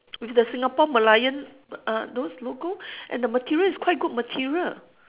with the singapore merlion uh those logo and the material is quite good material